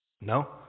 No